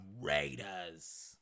Raiders